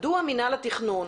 מדוע מינהל התכנון